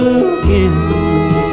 again